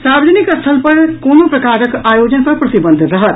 सार्वजनिक स्थल पर कोनो प्रकारक आयोजन पर प्रतिबंध रहत